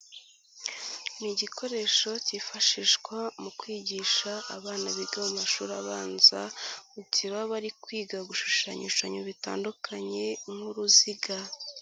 Ni igikoresho cyifashishwa mu kwigisha abana biga mu mashuri abanza mu gihe baba bari kwiga gushushanya ibishushanyo bitandukanye nk'uruziga.